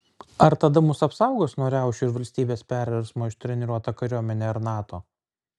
ar tada mus apsaugos nuo riaušių ir valstybės perversmo ištreniruota kariuomenė ar nato